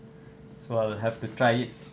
so I'll have to try it